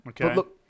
Okay